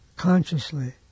Consciously